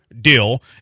deal